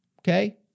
Okay